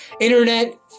Internet